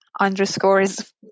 underscores